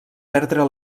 perdre